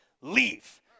leave